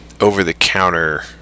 over-the-counter